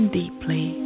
deeply